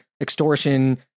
extortion